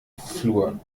flur